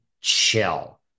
chill